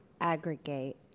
aggregate